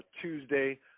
Tuesday